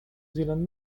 zealand